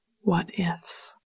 what-ifs